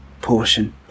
portion